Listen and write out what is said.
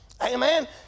amen